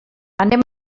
anem